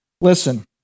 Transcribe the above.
Listen